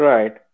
Right